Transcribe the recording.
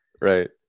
Right